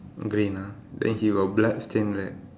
green ah then he got blood stain right